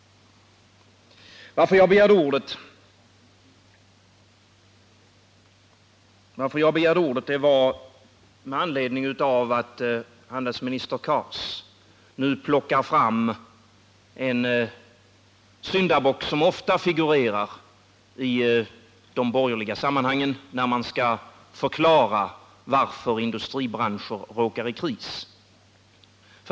Jag begärde ordet med anledning av att handelsminister Cars nu plockat fram en syndabock som ofta figurerar i de borgerliga sammanhangen när man skall förklara varför industribranscher råkar i kris.